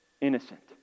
innocent